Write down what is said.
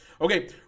okay